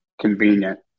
convenient